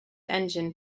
engine